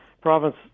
province